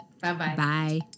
Bye-bye